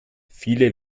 viele